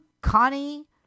Connie